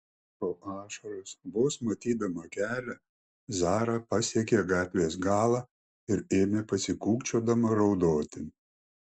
pro ašaras vos matydama kelią zara pasiekė gatvės galą ir ėmė pasikūkčiodama raudoti